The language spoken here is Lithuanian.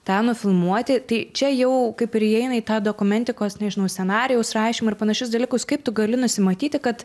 tą nufilmuoti tai čia jau kaip ir įeina į tą dokumentikos nežinau scenarijaus rašymą ir panašius dalykus kaip tu gali nusimatyti kad